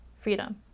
freedom